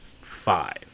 five